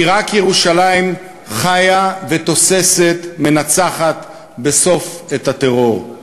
כי רק ירושלים חיה ותוססת מנצחת בסוף את הטרור.